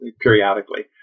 periodically